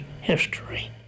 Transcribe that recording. History